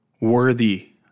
Worthy